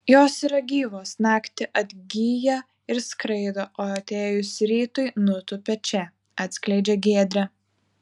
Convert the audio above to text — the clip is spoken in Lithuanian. jos yra gyvos naktį atgyja ir skraido o atėjus rytui nutūpia čia atskleidžia giedrė